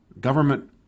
Government